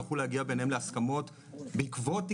ייעשו פה דברים שהם פוגעניים בצורה לא הגיונית כלפי בתי